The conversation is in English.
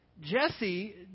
Jesse